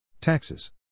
Taxes